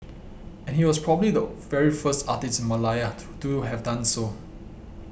and he was probably the very first artist in Malaya to do have done so